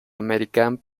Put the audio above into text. american